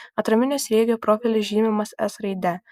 atraminio sriegio profilis žymimas s raide